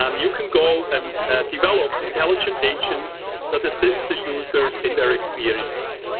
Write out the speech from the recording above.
um you can go and develop intelligent agents that assist the users in their experiences.